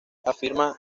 afirma